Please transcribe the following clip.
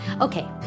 Okay